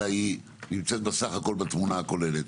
אלא היא נמצאת בסך הכול בתמונה הכוללת.